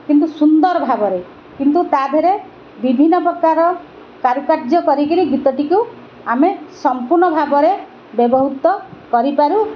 କିନ୍ତୁ ସୁନ୍ଦର ଭାବରେ କିନ୍ତୁ ତା ଦେହରେ ବିଭିନ୍ନ ପ୍ରକାର କାରୁକାର୍ଯ୍ୟ କରିକିରି ଗୀତଟିକୁ ଆମେ ସମ୍ପୂର୍ଣ୍ଣ ଭାବରେ ବ୍ୟବହୃତ କରିପାରୁ